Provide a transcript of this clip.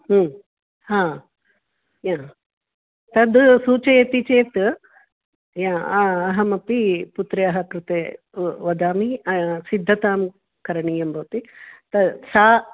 हा तद् सूचयति चेत् या अहमपि पुत्र्याः कृते वदामि सिद्धतां करणीयं भवति त सा